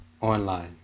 Online